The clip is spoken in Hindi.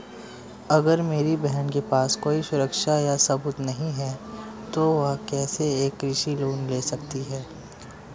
अगर मेरी बहन के पास कोई सुरक्षा या सबूत नहीं है, तो वह कैसे एक कृषि लोन ले सकती है?